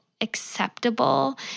acceptable